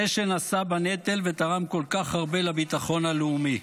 זה שנשא בנטל ותרם כל כך הרבה לביטחון הלאומי.